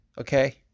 Okay